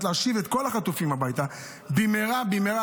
להשיב את כל החטופים הביתה במהרה במהרה,